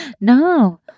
No